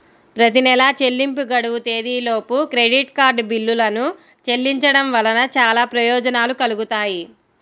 ప్రతి నెలా చెల్లింపు గడువు తేదీలోపు క్రెడిట్ కార్డ్ బిల్లులను చెల్లించడం వలన చాలా ప్రయోజనాలు కలుగుతాయి